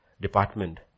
department